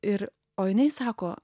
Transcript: ir o jinai sako